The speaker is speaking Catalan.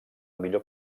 millor